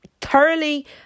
thoroughly